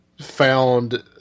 found